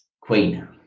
Queen